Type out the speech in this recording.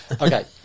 Okay